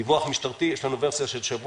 יש לנו בדיווח משטרתי ורסיה של שבוע,